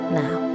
now